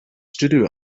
studio